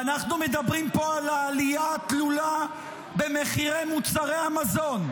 ואנחנו מדברים פה על העלייה התלולה במחירי מוצרי המזון.